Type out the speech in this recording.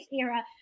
era